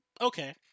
okay